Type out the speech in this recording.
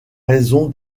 raison